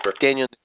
Daniel